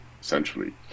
essentially